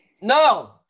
No